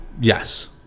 Yes